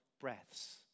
breaths